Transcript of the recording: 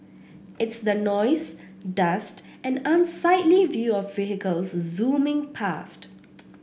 it's the noise dust and unsightly view of vehicles zooming past